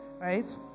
right